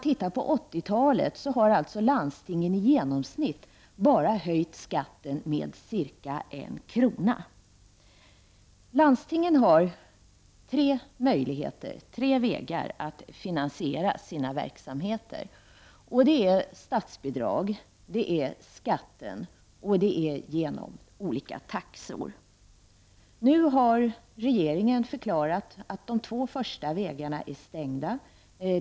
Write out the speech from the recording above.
Under 80-talet har landstingen i genomsnitt höjt skatten med bara ca 1 kr. Landstingen har tre vägar att finansiera sina verksamheter: statsbidrag, skatt och genom olika taxor. Nu har regeringen förklarat att de två första vägarna är stängda.